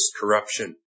corruption